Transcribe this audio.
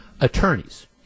attorneys